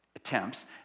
attempts